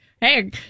Hey